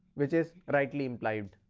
which is rightly implied.